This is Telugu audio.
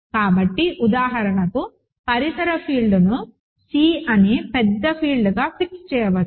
కాబట్టి ఉదాహరణకు పరిసర ఫీల్డ్ను C అని పెద్ద ఫీల్డ్గా ఫిక్స్ చేయవచ్చు